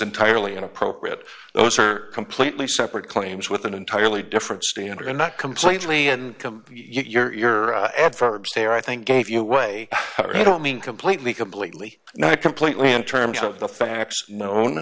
entirely inappropriate those are completely separate claims with an entirely different standard or not completely and your adverbs there i think gave you away i don't mean completely completely not completely in terms of the facts known